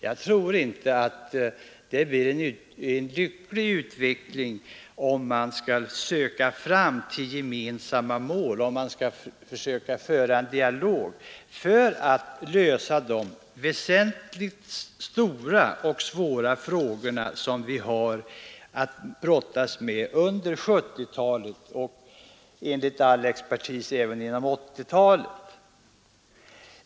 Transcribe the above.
Jag tror inte att det är en lycklig utveckling, om man vill söka sig fram till gemensamma mål och försöka föra en dialog för att lösa de stora och svåra frågor som vi har att brottas med under 1970-talet och enligt all expertis även under 1980-talet.